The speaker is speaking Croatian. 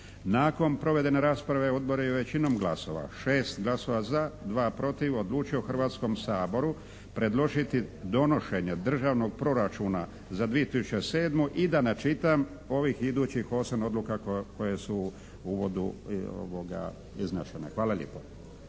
Nakon provedene rasprave odbor je većinom glasova 6 glasova za, 2 protiv odlučio Hrvatskom saboru predložit donošenje Državnog proračuna za 2007. i da ne čitam ovih idućih 8 odluka koje su u uvodu iznešene. Hvala lijepo.